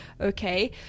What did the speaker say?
Okay